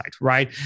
right